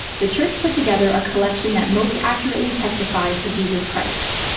the church put together a collection that most accurately testified to jesus christ.